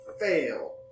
Fail